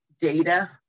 data